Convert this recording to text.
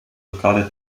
lokale